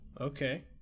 okay